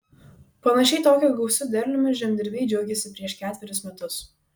panašiai tokiu gausiu derliumi žemdirbiai džiaugėsi prieš ketverius metus